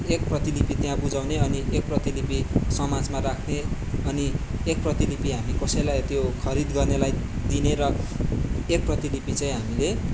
एक प्रतिलिपि त्यहाँ बुझाउने अनि एक प्रतिलिपि समाजमा राख्ने अनि एक प्रतिलिपि हामी कसैलाई त्यो खरिद गर्नेलाई दिने र एक प्रतिलिपि चाहिँ हामीले